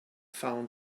found